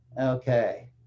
Okay